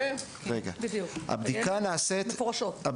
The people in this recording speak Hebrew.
רגע, אולי זה סגור.